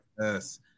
Yes